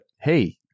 hey